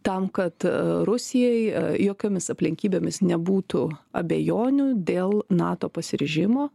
tam kad rusijai jokiomis aplinkybėmis nebūtų abejonių dėl nato pasiryžimo